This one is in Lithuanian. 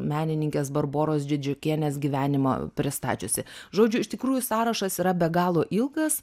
menininkės barboros didžiokienės gyvenimą pristačiusi žodžiu iš tikrųjų sąrašas yra be galo ilgas